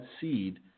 seed